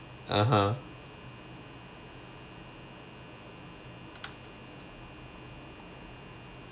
(uh huh)